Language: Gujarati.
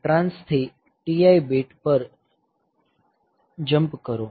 આ ટ્રાન્સ થી TI બીટ પર જમ્પ કરો